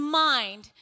mind